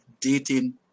dating